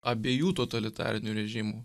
abiejų totalitarinių režimų